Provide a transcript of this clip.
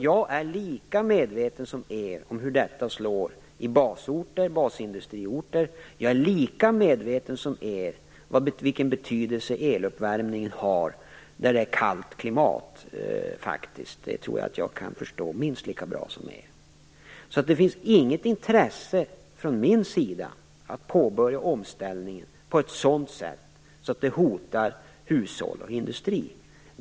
Jag är lika medveten som ni om hur detta slår i basindustriorter. Jag är lika medveten som ni om vilken betydelse eluppvärmningen har där det råder kallt klimat. Det tror jag att jag kan förstå minst lika bra som ni. Det finns alltså inget intresse från min sida av att påbörja omställningen på ett sådant sätt att det hotar hushåll och industri.